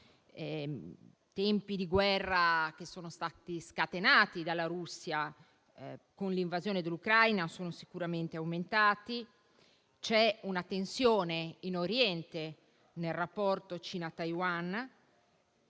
tempi di guerra, scatenati dalla Russia con l'invasione dell'Ucraina, sono sicuramente aumentati. C'è una tensione in Oriente nel rapporto tra Cina e Taiwan;